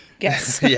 yes